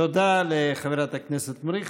תודה לחברת הכנסת מריח.